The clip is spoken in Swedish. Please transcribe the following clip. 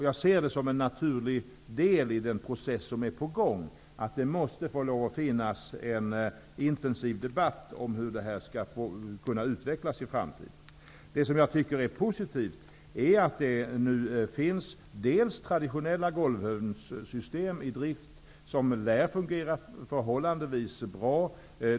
Jag ser det som en naturlig del i den process som är på gång, att det måste föras en intensiv debatt om hur detta skall kunna utvecklas i framtiden. Det som är positivt är att det nu finns dels traditionella golvhönssystem i drift, som lär fungera förhållandevis bra.